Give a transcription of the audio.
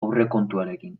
aurrekontuarekin